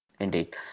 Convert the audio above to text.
Indeed